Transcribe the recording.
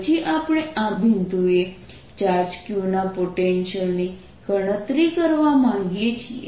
પછી આપણે આ બિંદુએ ચાર્જ Q ના પોટેન્શિયલની ગણતરી કરવા માંગીએ છીએ